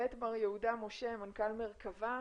מר יהודה משה מנכ"ל מרכבה.